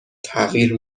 تغییر